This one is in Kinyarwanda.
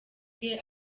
bwe